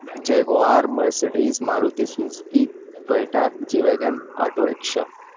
Jaguar Mercedes Maruti Suzuki Toyota G wagon auto rickshaw